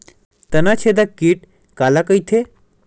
तनाछेदक कीट काला कइथे?